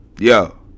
Yo